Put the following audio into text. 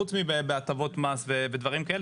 חוץ מאשר בהטבות מס ודברים כאלה.